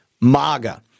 MAGA